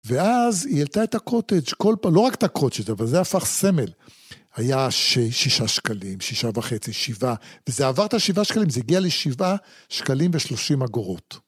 ואז היא העלתה את הקוטג' כל פעם, לא רק את הקוטג', אבל זה הפך סמל. היה שישה שקלים, שישה וחצי, שבעה, וזה עבר את השבעה שקלים, זה הגיע לשבעה שקלים ושלושים אגורות.